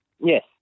Yes